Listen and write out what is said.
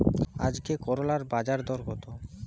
আজকে করলার বাজারদর কত?